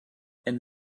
and